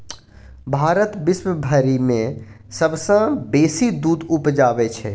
भारत विश्वभरि मे सबसँ बेसी दूध उपजाबै छै